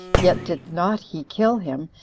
yet did not he kill him,